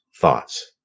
thoughts